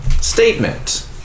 Statement